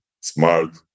smart